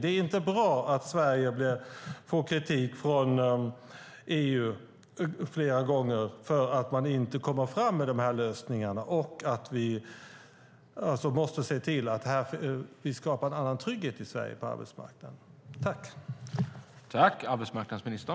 Det är inte bra att Sverige får kritik från EU flera gånger för att vi inte kommer fram med lösningarna. Vi måste se till att vi skapar en annan trygghet på arbetsmarknaden i Sverige.